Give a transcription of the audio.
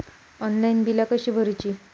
Online बिला कशी भरूची?